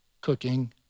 cooking